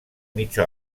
mitja